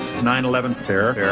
nine eleven. terror. terror.